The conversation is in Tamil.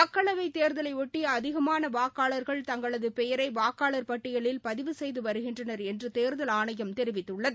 மக்களவை தேர்தலையொட்டி அதிகமான வாக்காளர்கள் தங்களது பெயரை வாக்காளர் பட்டியிலில் பதிவு செய்து வருகின்றனர் என்று தேர்தல் ஆணையம் தெரிவித்துள்ளது